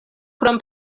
krom